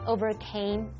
Overcame